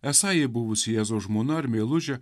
esą ji buvusi jėzaus žmona ar meilužė